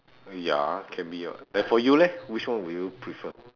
ya can be [what] therefore you leh which one would you prefer